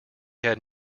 had